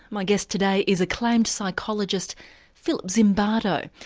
my guest today is acclaimed psychologist philip zimbardo,